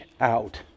out